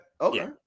okay